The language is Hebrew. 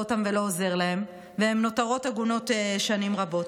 אותן ולא עוזר להן והן נותרות עגונות שנים רבות?